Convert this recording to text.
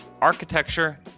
architecture